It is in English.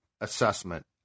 assessment